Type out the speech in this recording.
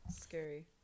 Scary